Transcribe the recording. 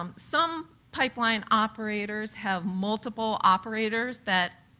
um some pipeline operators have multiple operators that